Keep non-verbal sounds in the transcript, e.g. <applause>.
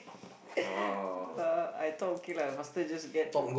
<laughs> yeah lah I thought okay lah faster just get the